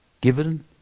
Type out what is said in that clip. given